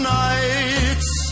nights